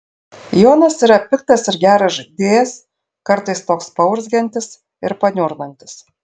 jonas yra piktas ir geras žaidėjas kartais toks paurzgiantis ir paniurzgantis